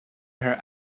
her